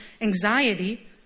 anxiety